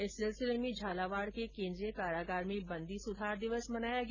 इस सिलसिले में झालावाड के केन्द्रीय कारागार में बंदी सुधार दिवस मनाया गया